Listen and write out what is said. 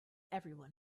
everyone